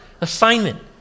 assignment